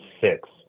six